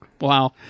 wow